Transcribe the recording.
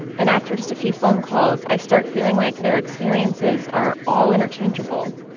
and after just a few phone calls, i start feeling like their experiences are all interchangeable.